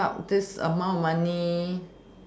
put up this amount of money